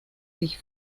sich